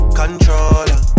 controller